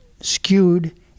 skewed